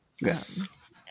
yes